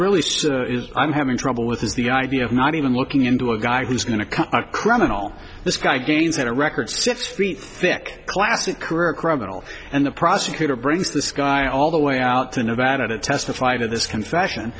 really is i'm having trouble with is the idea of not even looking into a guy who's going to come a criminal this guy gains in a record six feet thick classic career criminal and the prosecutor brings this guy all the way out to nevada to testify in this confession